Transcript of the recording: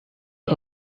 ich